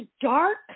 dark